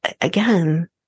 again